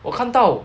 我看到